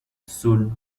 soon